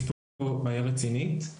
יש פה בעיה רצינית.